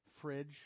fridge